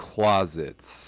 Closets